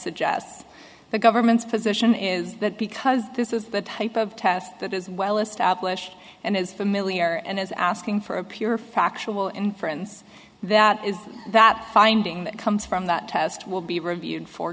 suggests the government's position is that because this is the type of test that is well established and is familiar and is asking for a pure factual inference that is that finding that comes from that test will be reviewed for